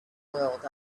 world